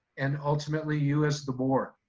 and, ultimately, you as the board.